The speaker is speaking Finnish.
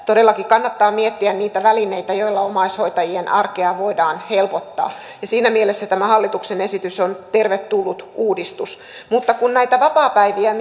todellakin kannattaa miettiä niitä välineitä joilla omaishoitajien arkea voidaan helpottaa siinä mielessä tämä hallituksen esitys on tervetullut uudistus mutta kun näitä vapaapäiviä